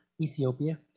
Ethiopia